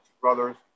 brothers